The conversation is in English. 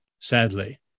sadly